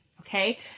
okay